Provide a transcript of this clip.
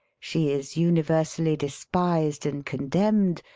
she is universally despised and condemned,